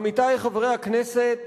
עמיתי חברי הכנסת,